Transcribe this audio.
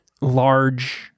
large